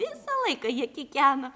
visą laiką jie kikena